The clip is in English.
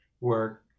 work